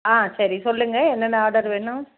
ஆ சரி சொல்லுங்கள் என்னென்ன ஆர்டர் வேணும்